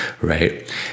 right